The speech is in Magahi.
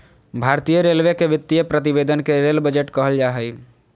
भारतीय रेलवे के वित्तीय प्रतिवेदन के रेल बजट कहल जा हइ